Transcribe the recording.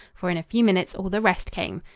for in a few minutes all the rest came.